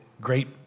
great